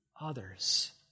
others